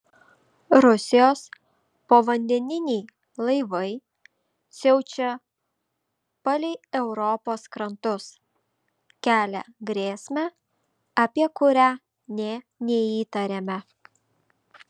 rusijos povandeniniai laivai siaučia palei europos krantus kelia grėsmę apie kurią nė neįtarėme